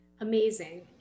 Amazing